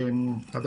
(שקף: רקע, כוח אדם בהוראה תכנון, הכשרה והשמה).